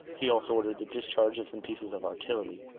he also ordered the discharge of some pieces of artillery,